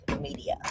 Media